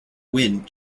wind